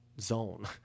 zone